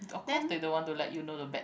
of course they don't want to let you know the bad